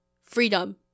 freedom